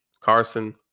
Carson